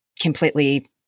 completely